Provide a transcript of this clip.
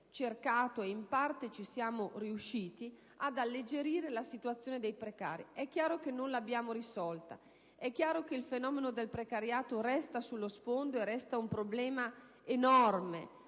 cercato - e in parte ci siamo riusciti - di alleggerire la situazione dei precari. È chiaro che tale situazione non è stata risolta; è chiaro che il fenomeno del precariato resta sullo sfondo e resta un problema enorme